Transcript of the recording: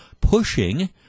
pushing